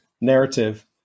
narrative